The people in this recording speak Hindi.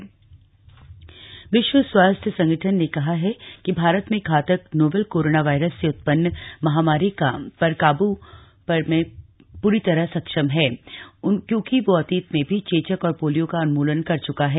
डब्ल्यू एच ओ विश्व स्वास्थ्य संगठन ने कहा है कि भारत में घातक नोवल कोरोना वायरस से उत्पन्न महामारी पर काबू पर में पूरी तरह सक्षम है क्योंकि वह अतीत में भी चेचक और पोलियो का उन्मूलन कर च्का है